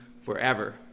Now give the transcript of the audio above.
forever